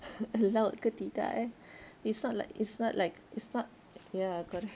allowed ke tidak eh it's not like it's not like it's not ya correct